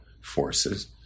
Forces